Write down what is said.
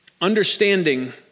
understanding